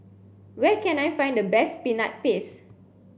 where can I find the best peanut paste